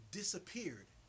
disappeared